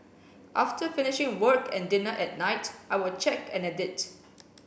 after finishing work and dinner at night I will check and edit